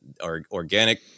Organic